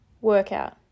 workout